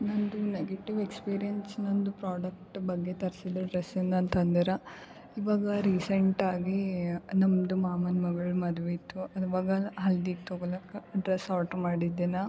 ನಂದು negative experience ನಂದು product ಬಂದಿದ್ದು ತರಿಸಿದ್ದು ಡ್ರೆಸ್ನಿಂದ ಅಂತ ಅಂದರೆ ಇವಾಗ ರೀಸೆಂಟ್ ಆಗಿ ನಮ್ಮದು ಮಾಮನ ಮಗಳ ಮದುವೆ ಇತ್ತು ಅದರ ಬ ಗಲ ಹಲ್ದಿಗೆ ತಗೊಳಕ್ಕ ಡ್ರೆಸ್ ಆರ್ಡರ್ ಮಾಡಿದ್ದೆ ನಾ